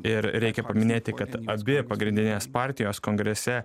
ir reikia paminėti kad abi pagrindinės partijos kongrese